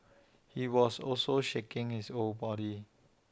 he was also shaking his whole body